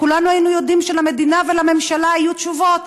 כולנו היינו יודעים שלמדינה ולממשלה היו תשובות.